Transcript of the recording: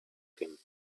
him